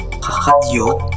Radio